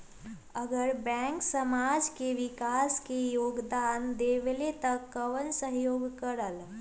अगर बैंक समाज के विकास मे योगदान देबले त कबन सहयोग करल?